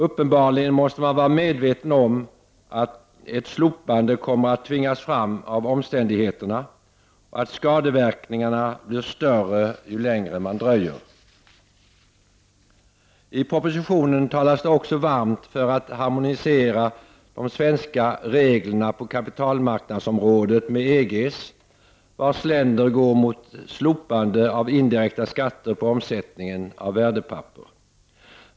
Uppenbarligen måste man vara medveten om att ett slopande kommer att tvingas fram av omständigheterna och att skadeverkningarna blir större ju längre det dröjer. I propositionen talas det också varmt för att de svenska reglerna på kapitalmarknadsområdet bör harmoniseras med EG:s, vars länder går mot slopande av indirekta skatter på omsättningen av värdepapper.